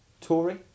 Tory